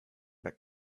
that